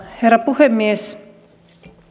herra puhemies